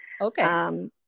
Okay